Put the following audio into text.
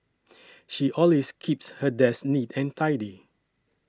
she always keeps her desk neat and tidy